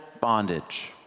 bondage